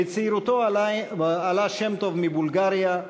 בצעירותו עלה שם-טוב מבולגריה,